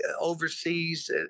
overseas